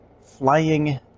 flying